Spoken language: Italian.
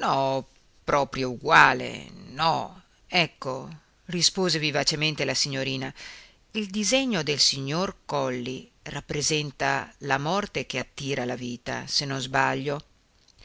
no proprio uguale no ecco rispose vivacemente la signorina il disegno del signor colli rappresenta la morte che attira la vita se non sbaglio